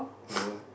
no